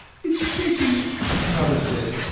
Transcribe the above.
it's sticky! his mother said.